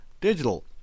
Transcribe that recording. Digital